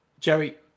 jerry